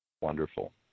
wonderful